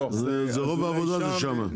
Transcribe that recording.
רוב העבודה היא שם.